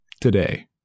today